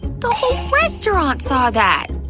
the whole restaurant saw that!